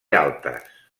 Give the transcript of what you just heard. altes